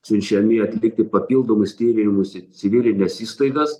siunčiami atlikti papildomus tyrimus į civilines įstaigas